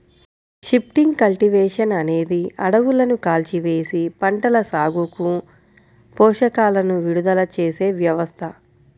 shifting cultivation అనేది అడవులను కాల్చివేసి, పంటల సాగుకు పోషకాలను విడుదల చేసే వ్యవస్థ